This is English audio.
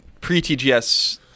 pre-TGS